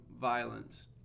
violence